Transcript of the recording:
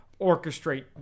orchestrate